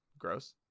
gross